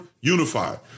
unified